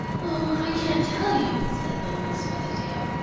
oh, i can't tell you, said little miss fuzzy tall,